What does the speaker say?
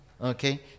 okay